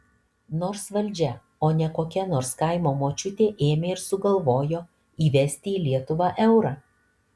nors valdžia o ne kokia nors kaimo močiutė ėmė ir sugalvojo įvesti į lietuvą eurą